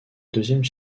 deuxième